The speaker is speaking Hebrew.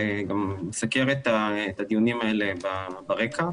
וגם מסקר את הדיונים האלה ברקע.